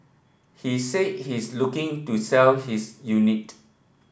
he said he's looking to sell his unit